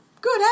Good